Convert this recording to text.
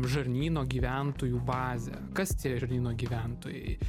žarnyno gyventojų bazę kas žarnyno gyventojai